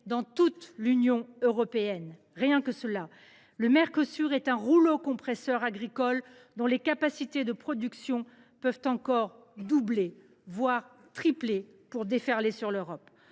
dans toute l’Union européenne. Rien que cela ! Le Mercosur est un rouleau compresseur agricole, dont les capacités de production peuvent encore doubler, voire tripler, pour déferler sur l’Europe.